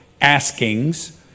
Askings